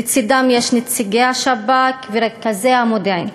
לצדם יש נציגי השב"כ ורכזי המודיעין.